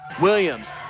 Williams